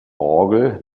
orgel